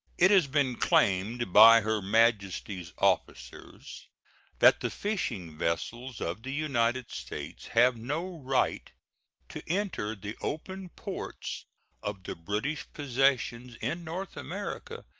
it has been claimed by her majesty's officers that the fishing vessels of the united states have no right to enter the open ports of the british possessions in north america,